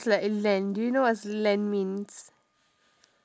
that's like lend do you know what's lend means